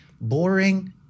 Boring